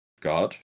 God